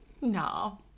No